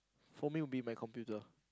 for me will be my computer